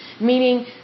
meaning